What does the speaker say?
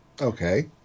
Okay